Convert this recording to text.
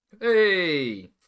Hey